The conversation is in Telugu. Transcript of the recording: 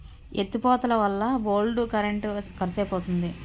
ఎత్తి పోతలవల్ల బోల్డు కరెంట్ కరుసైపోతంది